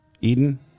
Eden